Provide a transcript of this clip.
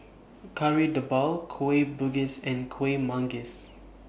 Kari Debal Kueh Bugis and Kueh Manggis